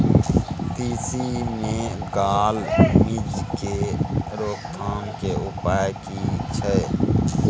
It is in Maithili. तिसी मे गाल मिज़ के रोकथाम के उपाय की छै?